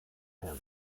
him